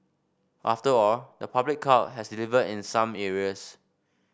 after all the public cloud has delivered in some areas